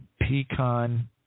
Pecan